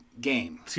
game